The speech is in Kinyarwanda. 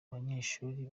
abanyeshuri